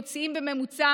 מוציאים בממוצע